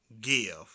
give